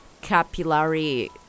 capillary